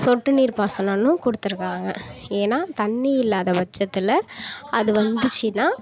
சொட்டு நீர் பாசனன்னு கொடுத்துருக்காங்க ஏன்னா தண்ணி இல்லாத பட்சத்தில் அது வந்துச்சுன்னா